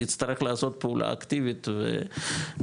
יצטרך לעשות פעולה אקטיבית ולבוא.